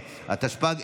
נתקבלה.